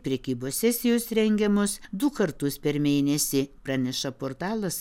prekybos sesijos rengiamos du kartus per mėnesį praneša portalas